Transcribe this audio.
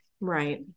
Right